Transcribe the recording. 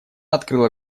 открыла